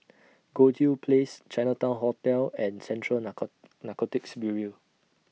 Goldhill Place Chinatown Hotel and Central Narco Narcotics Bureau